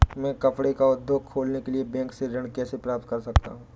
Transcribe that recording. मैं कपड़े का उद्योग खोलने के लिए बैंक से ऋण कैसे प्राप्त कर सकता हूँ?